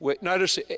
Notice